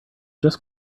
just